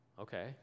Okay